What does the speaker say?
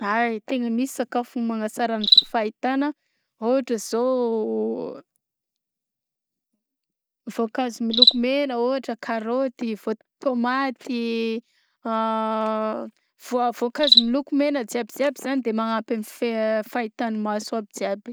Ay tegna misy sakafo magnasara ny fahitagna ôhatra zao; vaonkazo miloko mena ôhatra karaoty; vao- tômaty, a vaoa- vaonkazo moloko mena jiaby jiaby zany de magnampy amy fe- fahitagn'ny maso aby jiaby.